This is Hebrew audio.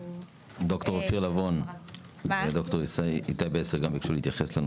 ד"ר אופיר לבון וד"ר איתי בסר יוכלו להתייחס לנושא.